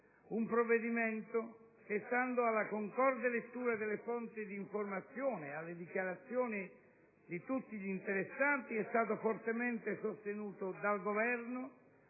un provvedimento che, stando alla concorde lettura delle fonti di informazione e alle dichiarazioni di tutti gli interessati, è stato fortemente sostenuto dal Governo,